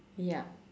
ya